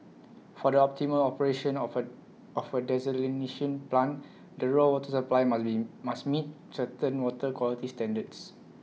for the optimal operation of A of A desalination plant the raw water supply must be must meet certain water quality standards